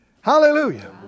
Hallelujah